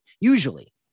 Usually